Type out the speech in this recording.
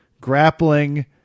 grappling